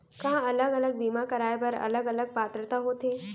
का अलग अलग बीमा कराय बर अलग अलग पात्रता होथे?